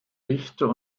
richter